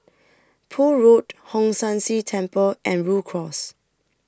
Poole Road Hong San See Temple and Rhu Cross